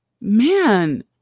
man